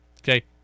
Okay